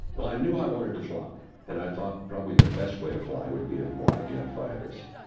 well, i knew i wanted to fly. and i thought probably the best way to fly would be to fly jet fighters.